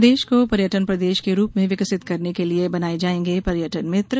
प्रदेश को पर्यटन प्रदेश के रूप में विकसित करने के लिये बनाए जाएंगे पर्यटक मित्र